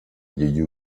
you